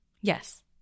Yes